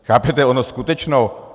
Chápete, ono skutečně...